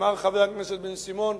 אמר חבר הכנסת בן-סימון,